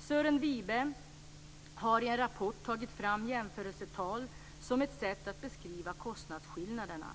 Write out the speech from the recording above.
Sören Wibe har i en rapport tagit fram jämförelsetal som ett sätt att beskriva kostnadsskillnaderna.